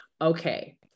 okay